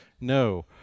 No